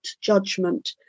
judgment